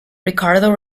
ricardo